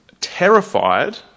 terrified